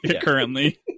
currently